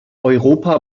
europa